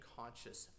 conscious